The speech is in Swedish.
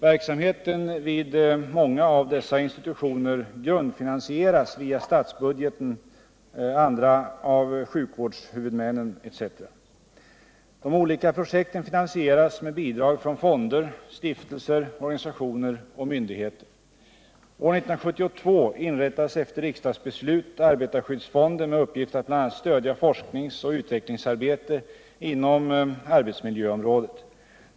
Verksamheten vid många av dessa institutioner grundfinansieras via statsbudgeten, andra av sjukvårdshuvudmännen etc. De olika projekten finansieras med bidrag från fonder, stiftelser, organisationer och myndigheter. År 1972 inrättades efter riksdagsbeslut arbetarskyddsfonden med uppgift att bl.a. stödja forskningsoch utvecklingsarbete inom arbetsmiljöområdet.